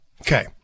Okay